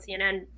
cnn